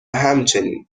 همچنین